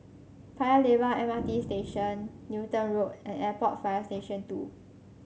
Paya Lebar M R T Station Newton Road and Airport Fire Station Two